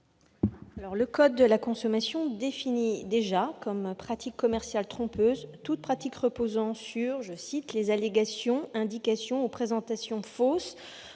Le code de la consommation définit déjà comme pratique commerciale trompeuse toute pratique reposant sur les « allégations, indications ou présentations fausses